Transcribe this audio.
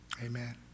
Amen